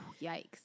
Yikes